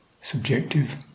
subjective